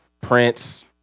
Prince